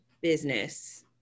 business